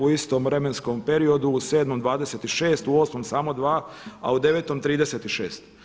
U istom vremenskom periodu u sedmom 26, u osmom samo 2, a u devetom 36.